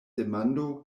demando